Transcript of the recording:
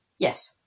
Yes